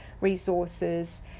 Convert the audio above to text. resources